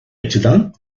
açıdan